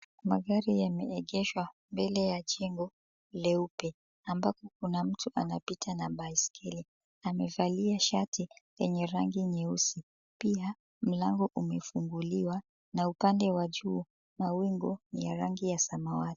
Magari yameegeshwa mbele ya jengo leupe. Ambapo kuna mtu anapita na baiskeli. Amevalia shati yenye rangi nyeusi. Pia, mlango umefunguliwa na upande wa juu, mawingu ya rangi ya samawati.